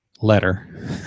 letter